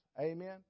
Amen